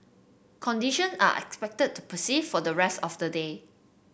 conditions are expected to persist for the rest of the day